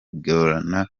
bigorana